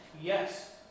Yes